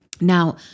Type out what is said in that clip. Now